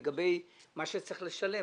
לגבי מה שצריך לשלם,